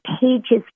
pages